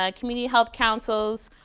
ah community health councils,